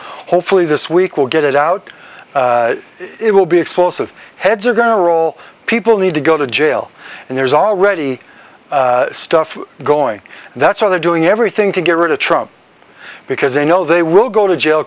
hopefully this week we'll get it out it will be explosive heads are gonna roll people need to go to jail and there's already stuff going that's why they're doing everything to get rid of trouble because they know they will go to jail